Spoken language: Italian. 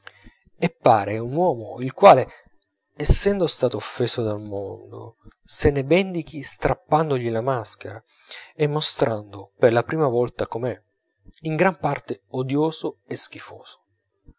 e pare un uomo il quale essendo stato offeso dal mondo se ne vendichi strappandogli la maschera e mostrando per la prima volta com'è in gran parte odioso e schifoso